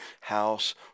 house